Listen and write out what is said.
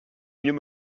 mieux